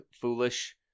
foolish